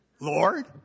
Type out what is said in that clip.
Lord